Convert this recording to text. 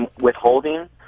withholding